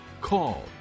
call